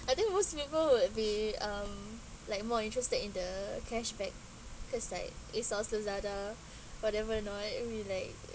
I think most people would be um like more interested in the cashback cause like it solve lazada whatever you know and then we like